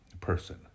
person